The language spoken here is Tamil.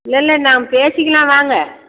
இல்லயில்ல நாம் பேசிக்கலாம் வாங்க